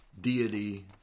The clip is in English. deity